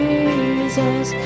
Jesus